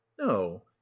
no